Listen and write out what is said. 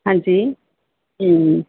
ਹਾਂਜੀ